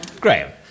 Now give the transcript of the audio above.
Graham